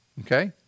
Okay